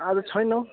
आज छैन हौ